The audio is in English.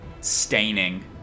staining